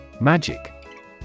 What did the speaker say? Magic